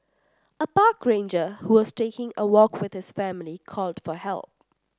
a park ranger who was taking a walk with his family called for help